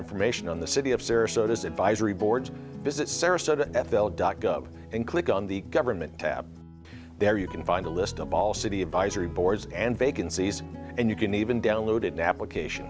information on the city of sarah so this advisory boards visit sarasota f l dot gov and click on the government tab there you can find a list of all city advisory boards and vacancies and you can even download it now application